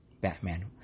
batman